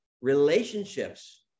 relationships